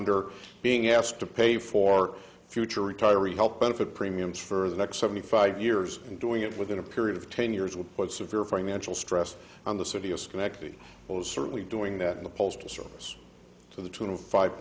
under being asked to pay for future retiree health benefit premiums for the next seventy five years and doing it within a period of ten years would put severe financial stress on the city of schenectady it was certainly doing that in the postal service to the tune of five